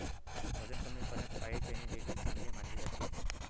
वजन कमी करण्यात काळे चणे देखील चांगले मानले जाते